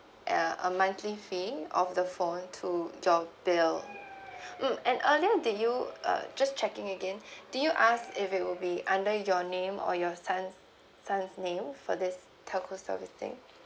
uh a monthly fee of the phone to your bill mm and earlier that you uh just checking again do you ask if it will be under your name or your son son's name for this telco servicing